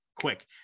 quick